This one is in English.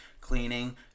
cleaning